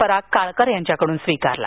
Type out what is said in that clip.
पराग काळकर यांच्याकडून स्वीकारला